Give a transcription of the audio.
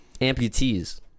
amputees